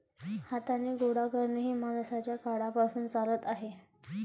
हाताने गोळा करणे हे माणसाच्या काळापासून चालत आले आहे